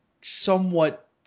somewhat